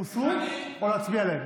הוסרו או להצביע עליהם?